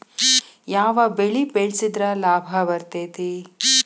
ಯಾವ ಬೆಳಿ ಬೆಳ್ಸಿದ್ರ ಲಾಭ ಬರತೇತಿ?